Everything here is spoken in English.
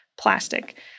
plastic